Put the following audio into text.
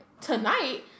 tonight